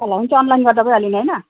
हुन्छ अनलाइन गर्दा भइहाल्यो नि हैन